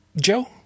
Joe